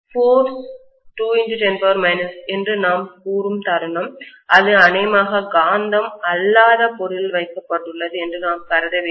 force சக்தி 210 7 என்று நாம் கூறும் தருணம் அது அநேகமாக காந்தம் அல்லாத பொருளில் வைக்கப்பட்டுள்ளது என்று நாம் கருத வேண்டும்